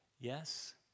Yes